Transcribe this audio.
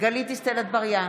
גלית דיסטל אטבריאן,